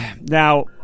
now